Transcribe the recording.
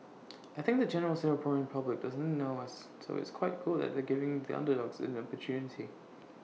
I think the general Singaporean public doesn't know us so it's quite cool that they're giving the underdogs an opportunity